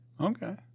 Okay